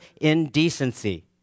indecency